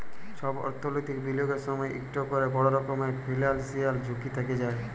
ছব অথ্থলৈতিক বিলিয়গের সময় ইকট ক্যরে বড় রকমের ফিল্যালসিয়াল ঝুঁকি থ্যাকে যায়